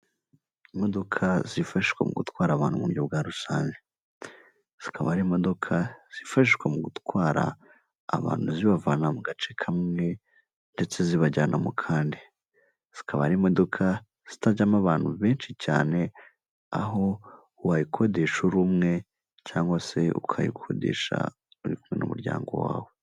Imodoka zifashwa mu gutwara abantu mu buryo bwa rusange, zikaba ari imodoka zifashishwa mu gutwara abantu zibavana mu gace kamwe ndetse zibajyana mu kandi, zikaba ari imodoka zitajyamo abantu benshi cyane aho wayikodesha uri umwe cyangwa se ukayikodesha uri kumwe n'umuryango wawe.